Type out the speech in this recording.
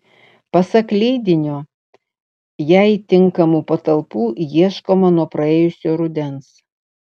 pasak leidinio jai tinkamų patalpų ieškoma nuo praėjusio rudens